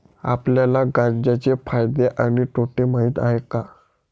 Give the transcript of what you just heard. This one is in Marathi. आपल्याला गांजा चे फायदे आणि तोटे माहित आहेत का?